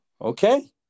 Okay